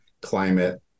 climate